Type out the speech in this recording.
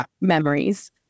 memories